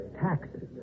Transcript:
Taxes